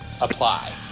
apply